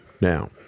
now